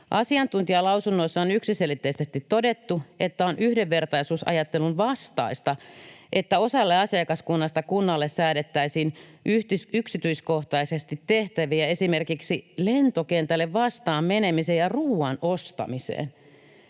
Asiantuntijalausunnoissa on yksiselitteisesti todettu, että on yhdenvertaisuusajattelun vastaista, että osalle asiakaskunnasta kunnalle säädettäisiin yksityiskohtaisesti tehtäviä esimerkiksi lentokentälle vastaan menemiseen ja ruoan ostamiseen